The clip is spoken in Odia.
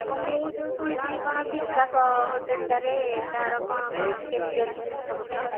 ହଁ ମୁଁ ଯେଉଁ ଶୁଣିଥିଲି କ'ଣ ବିକାଶ ହୋଟେଲ୍ଟାରେ ତା'ର କ'ଣ କ'ଣ କେମିତି ଅଛି ଜିନିଷ ପତ୍ର